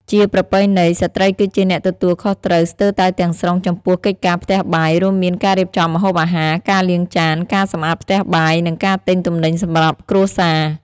ជាប្រពៃណី ស្ត្រីគឺជាអ្នកទទួលខុសត្រូវស្ទើរតែទាំងស្រុងចំពោះកិច្ចការផ្ទះបាយ រួមមានការរៀបចំម្ហូបអាហារ ការលាងចាន ការសម្អាតផ្ទះបាយ និងការទិញទំនិញសម្រាប់គ្រួសារ។